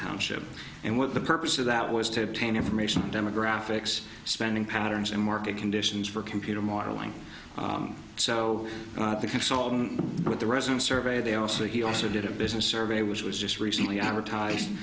township and what the purpose of that was to obtain information demographics spending patterns and market conditions for computer modeling so the consultant with the resident survey they also he also did a business survey which was just recently advertis